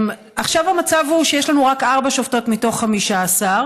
עכשיו המצב הוא שיש רק ארבע שופטות מתוך 15,